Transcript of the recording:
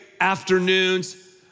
afternoons